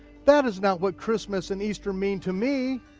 that is not what christmas and easter mean to me.